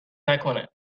نکنه